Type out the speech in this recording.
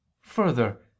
Further